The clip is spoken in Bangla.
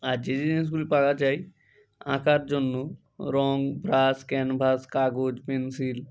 আর যে যে জিনিসগুলি পাওয়া যায় আঁকার জন্য রং ব্রাশ ক্যানভাস কাগজ পেন্সিল